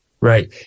Right